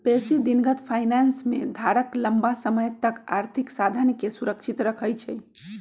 बेशी दिनगत फाइनेंस में धारक लम्मा समय तक आर्थिक साधनके सुरक्षित रखइ छइ